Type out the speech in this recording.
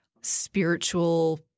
spiritual